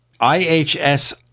IHS